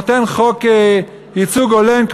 נותן חוק ייצוג הולם,